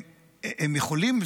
הם יכולים,